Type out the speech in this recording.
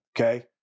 Okay